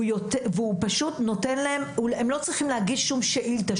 הם לא צריכים להגיש שום שאילתה,